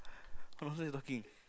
what nonsense you talking